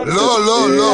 במליאה.